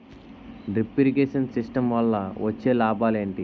Drip irrigation system వల్ల వచ్చే లాభాలు ఏంటి?